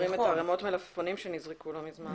גם זוכרים את ערמות המלפפונים שנזרקו לא מזמן.